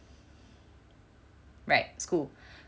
right school